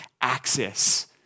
access